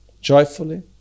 joyfully